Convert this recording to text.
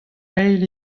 eil